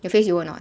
your face 油 or not